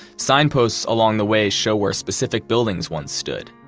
signposts along the way show where specific buildings once stood.